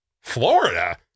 Florida